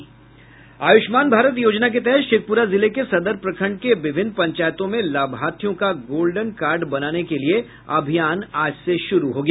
आयुष्मान भारत योजना के तहत शेखपुरा जिले के सदर प्रखंड के विभिन्न पंचायतों में लाभार्थियों का गोल्डन कार्ड बनाने के लिए अभियान आज से शूरू हो गया